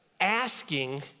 asking